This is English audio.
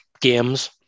games